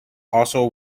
also